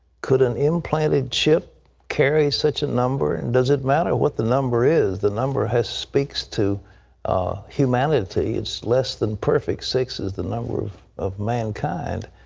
couldn't implanted chip carry such a number, and does it matter what the number is. the number speaks to humanity. it's less than perfect. six is the number of of mankind.